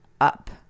up